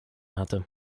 hatte